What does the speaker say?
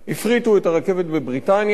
הפריטו את הרכבת בבריטניה,